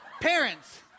parents